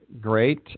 great